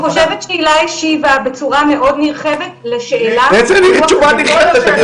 אני חושבת שהלה השיבה בצורה מאוד נרחבת לשאלה --- איזה תשובה נרחבת?